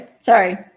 sorry